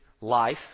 life